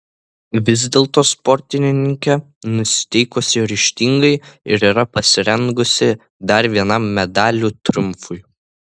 vis dėlto sportininkė nusiteikusi ryžtingai ir yra pasirengusi dar vienam medalių triumfui